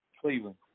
Cleveland